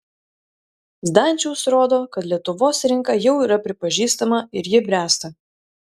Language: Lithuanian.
zdančiaus rodo kad lietuvos rinka jau yra pripažįstama ir ji bręsta